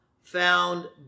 found